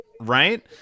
Right